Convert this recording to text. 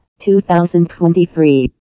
2023